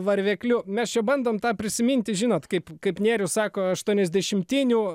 varvekliu mes čia bandom tą prisiminti žinot kaip kaip nėrius sako aštuoniasdešimtinių